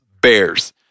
bears